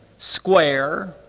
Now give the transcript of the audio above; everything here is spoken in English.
square,